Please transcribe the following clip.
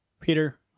Peter